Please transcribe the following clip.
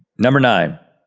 number nine.